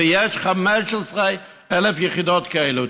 ויש 15,000 יחידות כאלה,